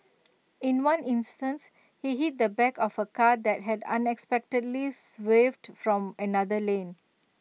in one instance he hit the back of A car that had unexpectedly waved from another lane